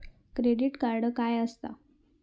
Credit card काय असता?